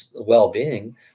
well-being